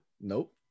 Nope